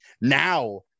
now